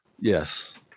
Yes